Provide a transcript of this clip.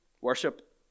worship